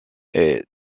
est